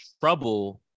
trouble